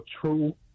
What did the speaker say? true